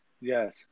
Yes